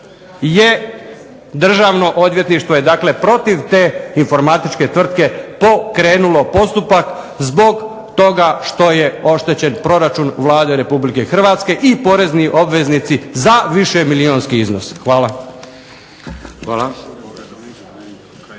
Državno odvjetništvo je dakle protiv te informatičke tvrtke pokrenulo postupak zbog toga što je oštećen proračun Vlade RH i porezni obveznici za višemilijunski iznos. Hvala.